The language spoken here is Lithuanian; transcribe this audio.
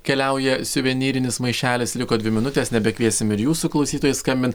keliauja suvenyrinis maišelis liko dvi minutės nebekviesim ir jūsų klausytojai skambint